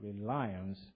reliance